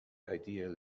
ideal